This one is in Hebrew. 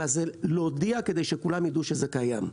אלא להודיע, כדי שכולם ידעו שזה קיים.